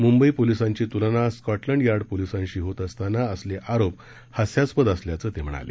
मुंबई पोलिसांची तुलना स्कॉटलंड याई पोलिसांशी होत असताना असले आरोप हास्यास्पद असल्याचं ते म्हणाले